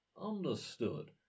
understood